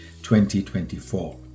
2024